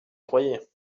croyais